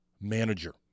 manager